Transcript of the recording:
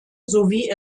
sowie